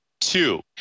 two